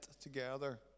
together